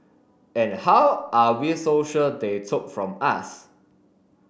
and how are we so sure they took from us